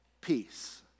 peace